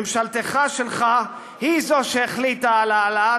ממשלתך שלך היא זו שהחליטה על העלאת